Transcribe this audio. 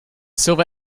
silver